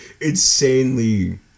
Insanely